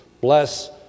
Bless